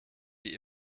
wie